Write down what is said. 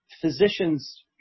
physicians